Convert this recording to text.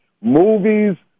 Movies